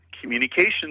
communication